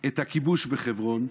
את הכיבוש בחברון,